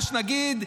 מה שנגיד,